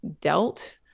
dealt